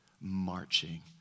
marching